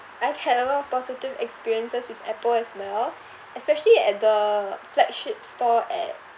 I've had a lot of positive experiences with apple as well especially at the flagship store at